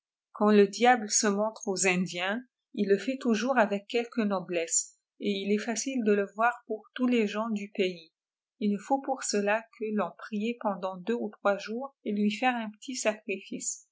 quand le diable se montre aux indiens il le fait toujours avec quelque noblesse et il est facile de le voir pour tous les gens du pays il ne faut pour cela que l'en prier pendant deux ou trois jours et lui faire un petit sacrifice